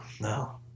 No